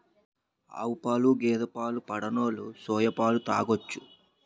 ఆవుపాలు గేదె పాలు పడనోలు సోయా పాలు తాగొచ్చు